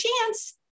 chance